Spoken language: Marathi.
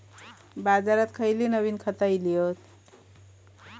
बाजारात खयली नवीन खता इली हत?